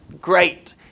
Great